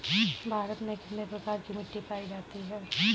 भारत में कितने प्रकार की मिट्टी पाई जाती है?